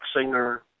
singer